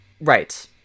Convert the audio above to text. Right